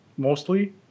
Mostly